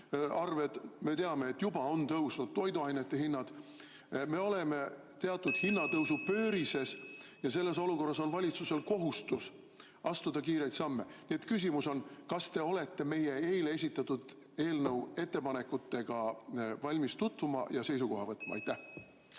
arved. Me teame, et juba on tõusnud toiduainete hinnad. (Juhataja helistab kella.) Me oleme teatud hinnatõusu pöörises ja selles olukorras on valitsusel kohustus astuda kiireid samme. Küsimus: kas te olete meie eile esitatud eelnõu ettepanekutega valmis tutvuma ja seisukoha võtma? Aitäh,